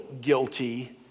guilty